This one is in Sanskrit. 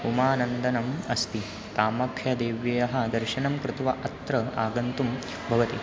उमानन्दनम् अस्ति कामख्यदेव्याः दर्शनं कृत्वा अत्र आगन्तुं भवति